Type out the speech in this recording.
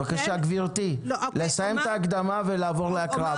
בבקשה, גברתי, לסיים את ההקדמה ולעבור להקראה.